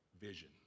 vision